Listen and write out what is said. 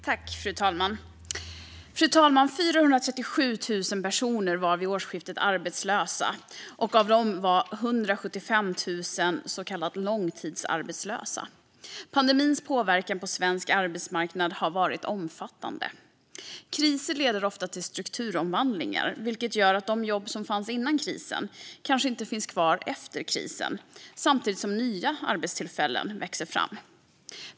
Fru talman! Vid årsskiftet var 437 000 personer arbetslösa, och av dem var 175 000 så kallade långtidsarbetslösa. Pandemins påverkan på svensk arbetsmarknad har varit omfattande. Kriser leder ofta till strukturomvandlingar, vilket gör att de jobb som fanns före krisen kanske inte längre finns kvar efter krisen, samtidigt som nya arbetstillfällen växer fram.